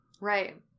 Right